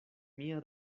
mia